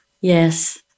Yes